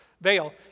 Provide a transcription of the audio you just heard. veil